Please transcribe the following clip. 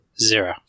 zero